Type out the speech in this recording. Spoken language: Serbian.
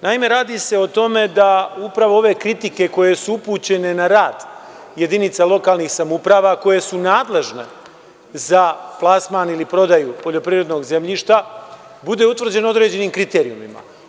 Naime, radi se o tome da upravo ove kritike koje su upućene na rad jedinica lokalnih samouprava koje su nadležne za plasmana ili prodaju poljoprivrednog zemljišta, bude utvrđeno određenim kriterijumima.